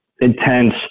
intense